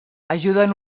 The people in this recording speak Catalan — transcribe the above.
ajuden